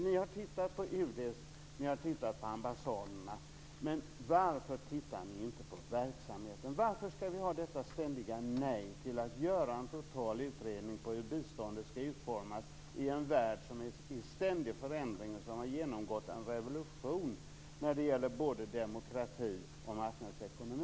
Ni har utrett UD och ni har utrett ambassaderna. Men varför utreder ni inte verksamheten? Varför skall det vara detta ständiga nej till att göra en total utredning av hur biståndet skall utformas i en värld som är i ständig förändring och som har genomgått en revolution när det gäller både demokrati och marknadsekonomi?